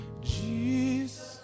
Jesus